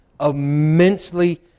immensely